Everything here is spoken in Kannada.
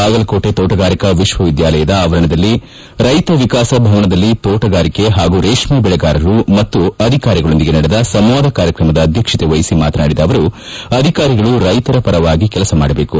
ಬಾಗಲಕೋಟಿ ತೋಟಗಾರಿಕಾ ವಿಶ್ವವಿದ್ಯಾಲಯ ಆವರಣದಲ್ಲಿರುವ ರೈತ ವಿಕಾಸ ಭವನದಲ್ಲಿ ತೋಟಗಾರಿಕೆ ಹಾಗೂ ರೇತ್ನ ಬೆಳೆಗಾರರು ಮತ್ತು ಅಧಿಕಾರಿಗಳೊಂದಿಗೆ ನಡೆದ ಸಂವಾದ ಕಾರ್ಯಕ್ರಮದ ಅಧ್ಯಕ್ಷತೆ ವಹಿಸಿ ಮಾತನಾಡಿದ ಅವರು ಅಧಿಕಾರಿಗಳು ರೈತ ಪರವಾಗಿ ಕೆಲಸ ಮಾಡಬೇಕು